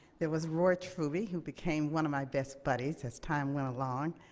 there was roy truby, who became one of my best buddies as time went along.